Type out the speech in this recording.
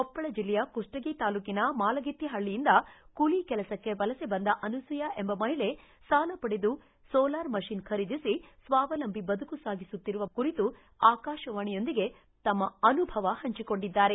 ಕೊಪ್ಪಳ ಜಿಲ್ಲೆಯ ಕುಷ್ಟಗಿ ತಾಲೂಕಿನ ಮಾಲಗಿತ್ತಿ ಹಳ್ಳಿಯಿಂದ ಕೂಲಿ ಕೆಲಸಕ್ಕೆ ವಲಸೆ ಬಂದ ಅನುಸೂಯಾ ಎಂಬ ಮಹಿಳೆ ಸಾಲ ಪಡೆದು ಸೋಲಾರ ಮಷಿನ್ ಖರೀದಿಸಿ ಸ್ವಾವಲಂಬಿ ಬದುಕು ಸಾಗಿಸುತ್ತಿರುವ ಕುರಿತು ಆಕಾಶವಾಣಿಯೊಂದಿಗೆ ತಮ್ಮ ಅನುಭವ ಹಂಚಿಕೊಂಡಿದ್ದಾರೆ